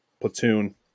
platoon